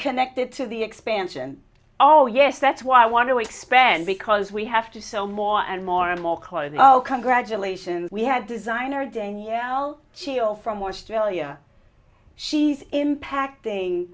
connected to the expansion oh yes that's why i want to expand because we have to sell more and more and more clothes congratulations we had designer danielle she'll from more still year she's impacting